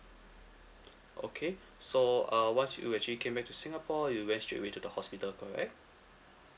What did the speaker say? okay so uh once you actually came back to singapore you went straightaway to the hospital correct